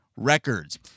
records